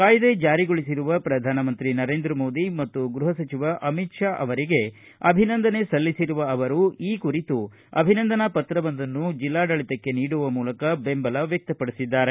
ಕಾಯ್ದೆ ಜಾರಿಗೊಳಿಸಿರುವ ಶ್ರಧಾನಮಂತ್ರಿ ನರೇಂದ್ರ ಮೋದಿ ಮತ್ತು ಗೃಹ ಸಚವ ಅಮಿತ್ ಶಾ ಅವರಿಗೆ ಅಭಿನಂದನೆ ಸಲ್ಲಿಸಿರುವ ಅವರು ಈ ಕುರಿತು ಅಭಿನಂದನಾ ಪತ್ರವೊಂದನ್ನು ಜಿಲ್ಲಾಡಳಿತಕ್ಕೆ ನೀಡುವ ಮೂಲಕ ಬೆಂಬಲ ವ್ವಕ್ತಡಪಸಿದ್ದಾರೆ